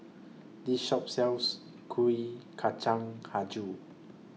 This Shop sells Kuih Kacang Hijau